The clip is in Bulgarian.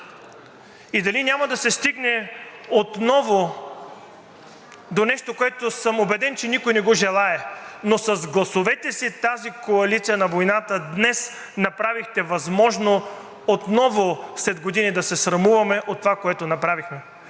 и дали няма да се стигне отново до нещо, което съм убеден, че никой не желае, но с гласовете си тази коалиция на войната днес направихте възможно след години отново да се срамуваме от това, което направихме